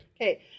Okay